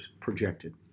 projected